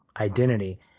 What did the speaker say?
identity